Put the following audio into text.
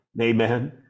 Amen